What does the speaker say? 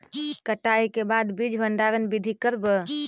कटाई के बाद बीज भंडारन बीधी करबय?